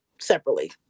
separately